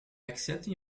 accepting